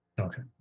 Okay